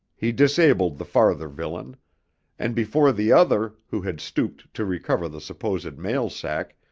he disabled the farther villain and before the other, who had stooped to recover the supposed mail sack,